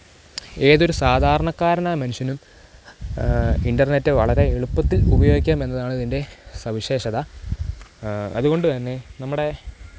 ഏതൊരു സാധാരണക്കാരനായ മനുഷ്യനും ഇൻ്റർനെറ്റ് വളരെ എളുപ്പത്തിൽ ഉപയോഗിക്കാം എന്നതാണ് ഇതിൻ്റെ സവിശേഷത അതുകൊണ്ടുതന്നെ നമ്മുടെ